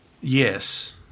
yes